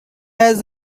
has